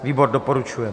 Výbor doporučuje.